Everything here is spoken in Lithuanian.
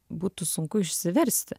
būtų sunku išsiversti